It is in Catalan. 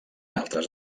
altres